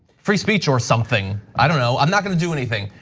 free speech or something, i don't know, i'm not gonna do anything,